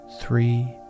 three